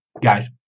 guys